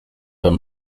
turn